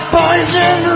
poison